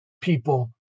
people